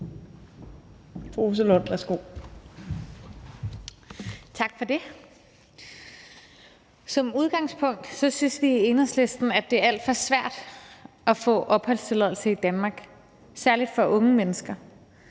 Som udgangspunkt synes vi i Enhedslisten, at det er alt for svært at få opholdstilladelse i Danmark, særlig for unge mennesker.